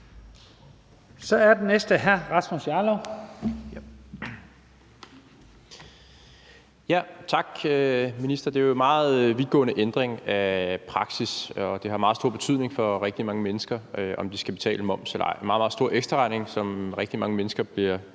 Jarlov. Kl. 15:49 Rasmus Jarlov (KF): Tak, minister. Det er jo en meget vidtgående ændring af praksis, og det har meget stor betydning for rigtig mange mennesker, om de skal betale moms eller ej. Det er en meget, meget stor ekstraregning, som rigtig mange mennesker bliver